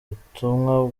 butumwa